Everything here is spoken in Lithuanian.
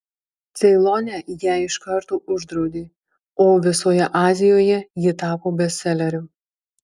ceilone ją iš karto uždraudė o visoje azijoje ji tapo bestseleriu